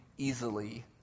Easily